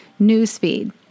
newsfeed